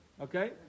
okay